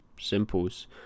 Simples